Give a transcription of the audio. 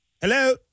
Hello